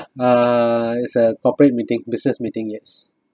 uh is a corporate meeting business meeting yes